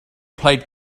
played